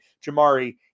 Jamari